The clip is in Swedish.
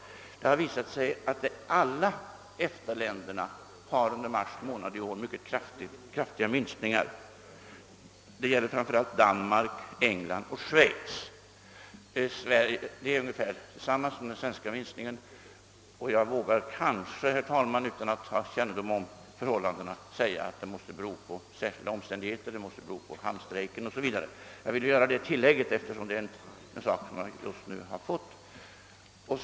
Meddelandet ger nämligen vid handen att samtliga EFTA-länder under mars månad i år haft mycket kraftiga minskningar i sin export. Framför allt gäller det Danmark, England och Schweiz, som fått vidkännas ungefär samma minskningar som Sverige. Jag vågar säga, herr talman, att detta beror på särskilda omständigheter — på hamnstrejken o.s.v. — Jag ville göra detta tilllägg, herr talman, eftersom jag nyss fick meddelandet.